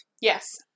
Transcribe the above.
Yes